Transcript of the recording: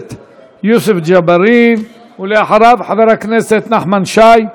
הכנסת יוסף ג'בארין, ואחריו, חבר הכנסת נחמן שי.